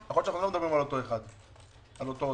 אולי זה לא אותו אחד, אותו עוזר.